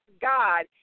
God